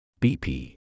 BP